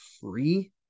free